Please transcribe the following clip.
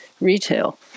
retail